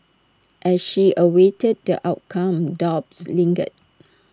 as she awaited the outcome doubts lingered